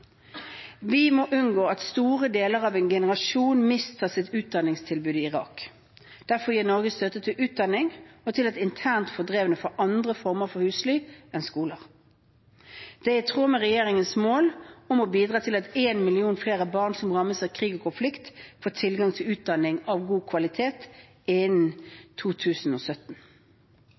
Vi må unngå at store deler av en generasjon mister sitt utdanningstilbud i Irak. Derfor gir Norge støtte til utdanning og til at internt fordrevne får andre former for husly enn skoler. Det er i tråd med regjeringens mål om å bidra til at 1 million flere barn som er rammet av krig og konflikt, får tilgang til utdanning av god kvalitet innen 2017.